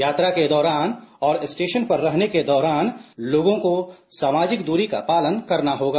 यात्रा के दौरान और स्टेशन पर रहने के दौरान लोगों को सामाजिक दूरी का पालन करना होगा